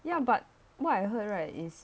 yeah but what I heard right is